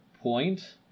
point